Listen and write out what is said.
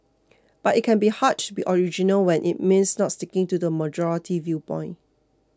but it can be hard to be original when it means not sticking to the majority viewpoint